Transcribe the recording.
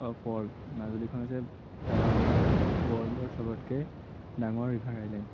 of world মাজুলীখন হৈছে মানে ৱৰ্ল্ডৰ চবতকে ডাঙৰ ৰিভাৰ আইলেণ্ড